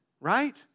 right